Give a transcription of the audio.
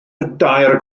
dair